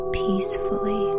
peacefully